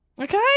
Okay